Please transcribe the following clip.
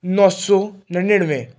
ਨੌਂ ਸੌ ਨੜਿਨਵੇਂ